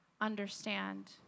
understand